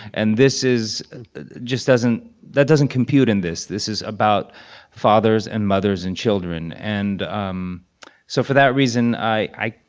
and this is just doesn't that doesn't compute in this. this is about fathers and mothers and children. and um so for that reason, i,